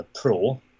pro